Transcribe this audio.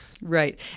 Right